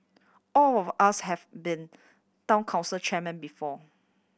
all of us have been Town Council chairmen before